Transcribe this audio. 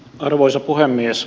arvoisa puhemies